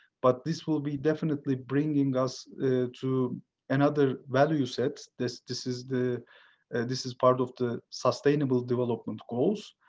but this will be definitely bringing us to another value. said this. this is the and this is part of the sustainable development goals.